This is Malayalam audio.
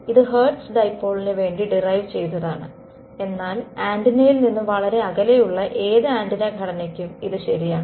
അതിനാൽ ഇത് ഹെർട്സ് ഡൈപോളിന് വേണ്ടി ഡിറൈവ് ചെയ്തതാണ് എന്നാൽ ആന്റിനയിൽ നിന്ന് വളരെ അകലെയുള്ള ഏത് ആന്റിന ഘടനയ്ക്കും ഇത് ശരിയാണ്